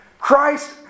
Christ